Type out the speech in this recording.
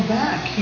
back